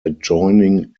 adjoining